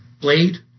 Blade